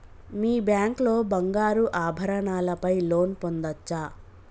మీ bank లో బంగారు ఆభరణాల పై లోన్ పొందచ్చా?